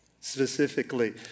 specifically